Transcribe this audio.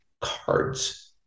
cards